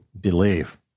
believe